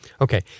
Okay